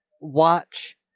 watch